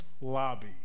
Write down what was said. Lobby